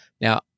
Now